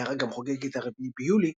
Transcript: העיירה גם חוגגת את הרביעי ביולי